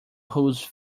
whose